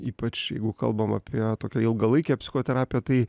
ypač jeigu kalbam apie tokią ilgalaikę psichoterapiją tai